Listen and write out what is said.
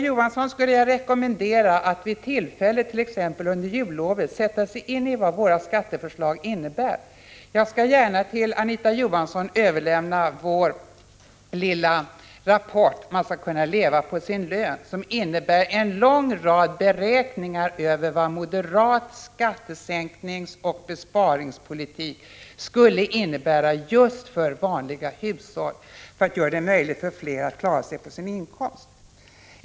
Jag skulle vilja rekommendera Anita Johansson att vid tillfälle — t.ex. under jullovet — sätta sig in i vad våra skatteförslag innebär. Jag skall gärna överlämna vår lilla rapport Man skall kunna leva på sin lön, som innehåller en lång rad beräkningar över vad moderat skattesänkningsoch besparingspolitik skulle innebära just för vanliga hushåll för att göra det möjligt för flera att klara sig på sin inkomst.